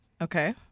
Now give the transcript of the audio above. Okay